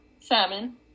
Salmon